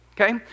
okay